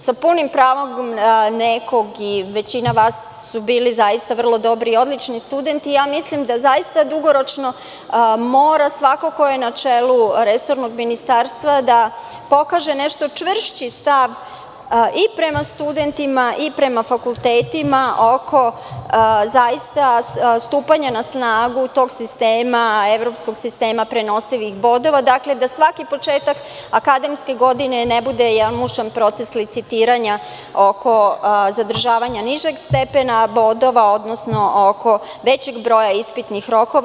Sa punim pravom nekog, većina vas su bili vrlo dobri i odlični studenti, mislim da mora svako ko je na čelu resornog ministarstva da pokaže čvršći stav prema studentima i prema fakultetima oko stupanja na snagu tog sistema, evropskog sistema, prenosivih bodova, dakle da svaki početak akademske godine ne bude jedna mučan proces licitiranja oko zadržavanja nižeg stepena bodova, odnosno oko većeg broja ispitnih rokova.